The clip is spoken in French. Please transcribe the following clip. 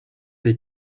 des